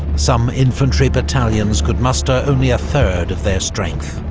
some infantry battalions could muster only a third of their strength.